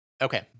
okay